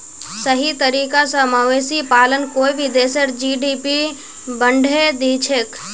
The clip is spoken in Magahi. सही तरीका स मवेशी पालन कोई भी देशेर जी.डी.पी बढ़ैं दिछेक